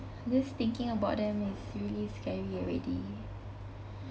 just thinking about them is really scary already